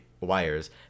wires